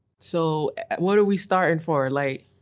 so what are we starting for like